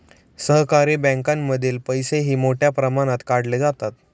सहकारी बँकांमधील पैसेही मोठ्या प्रमाणात काढले जातात